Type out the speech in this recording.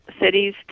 cities